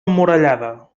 emmurallada